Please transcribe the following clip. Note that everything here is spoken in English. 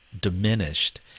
diminished